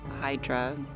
Hydra